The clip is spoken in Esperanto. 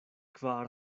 kvar